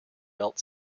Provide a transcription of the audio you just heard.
belt